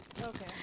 Okay